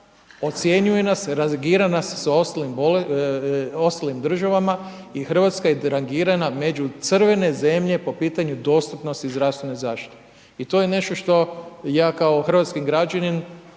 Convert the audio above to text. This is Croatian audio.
ocjenjuje nas, rangira nas s ostalim državama i Hrvatska je rangirana među crvene zemlje po pitanju dostupnosti zdravstvene zaštite. I to je nešto što ja kao hrvatski građanin